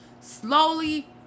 slowly